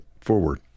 forward